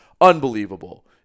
Unbelievable